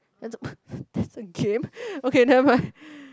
I don't that's a game okay never mind